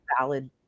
valid